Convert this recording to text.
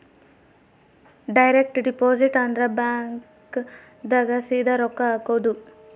direct deposit ಅಂದ್ರ bank ದಾಗ ಸೀದಾ ರೊಕ್ಕ ಹಾಕೋದು